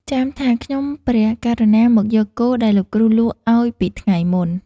ចាមថា "ខ្ញុំព្រះករុណាមកយកគោដែលលោកគ្រូលក់ឲ្យពីថ្ងៃមុន"។